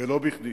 ולא בכדי.